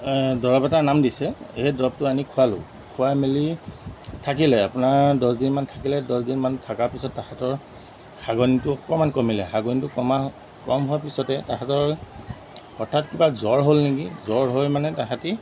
দৰব এটা নাম দিছে সেই দৰবটো আনি খোৱালোঁ খুৱাই মেলি থাকিলে আপোনাৰ দহদিনমান থাকিলে দহদিনমান থকাৰ পিছত তাহাঁতৰ হাগনিটো অকণমান কমিলে হাগনিটো কমা কম হোৱাৰ পিছতে তাহাঁতৰ হঠাৎ কিবা জ্বৰ হ'ল নেকি জ্বৰ হৈ মানে তেহেঁতি